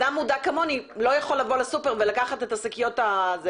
בסוף אדם מודע כמוני לא יכול לבוא לסופר ולקחת את השקיות החד-פעמיות,